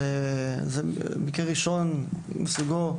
זהו מקרה ראשון מסוגו,